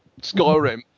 Skyrim